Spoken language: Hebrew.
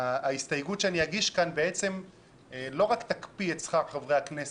ההסתייגות שאני אגיש כאן לא רק תקפיא את שכר חברי כנסת,